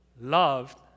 loved